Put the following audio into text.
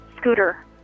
Scooter